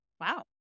Wow